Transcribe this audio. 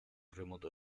remoto